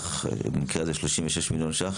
במקרה הזה בסך 36 מיליון שקלים,